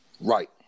right